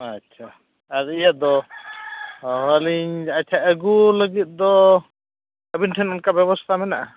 ᱟᱪᱪᱷᱟ ᱟᱨ ᱤᱭᱟᱹ ᱫᱚ ᱦᱮᱸ ᱟᱹᱞᱤᱧ ᱟᱪᱪᱷᱟ ᱟᱹᱜᱩ ᱞᱟᱹᱜᱤᱫ ᱫᱚ ᱟᱹᱵᱤᱱ ᱴᱷᱮᱱ ᱚᱱᱠᱟ ᱵᱮᱵᱚᱥᱛᱷᱟ ᱢᱮᱱᱟᱜᱼᱟ